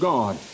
God